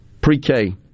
pre-K